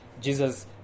Jesus